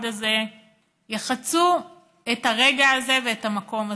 הזה יחצו את הרגע הזה ואת המקום הזה.